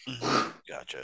Gotcha